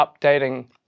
updating